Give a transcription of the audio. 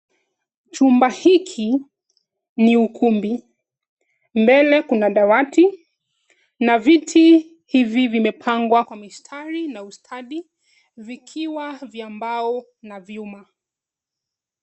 Chumba hiki ni ukumbi mbele kuna dawati na viti hivi vimepangwa kwa mistari na ustadi vikiwa vya mbao na vyuma.